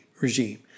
regime